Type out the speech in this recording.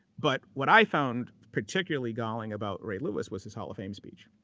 but what i found particularly galling about ray lewis was his hall of fame speech.